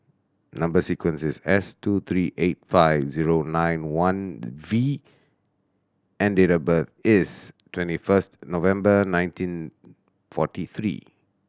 number sequence is S two three eight five zero nine one V and date of birth is twenty first November nineteen forty three